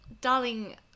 darling